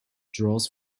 draws